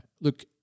look